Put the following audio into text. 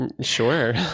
Sure